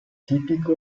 tipico